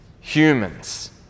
humans